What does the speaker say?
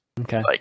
Okay